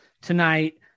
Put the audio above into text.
tonight